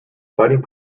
fighting